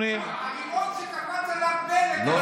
לא, הרימון שקפץ עליו בנט, לרימון הזה הוא מתכוון.